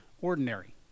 ordinary